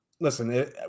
Listen